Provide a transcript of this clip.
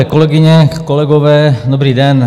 Milé kolegyně, kolegové, dobrý den.